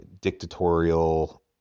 dictatorial